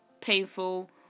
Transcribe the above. painful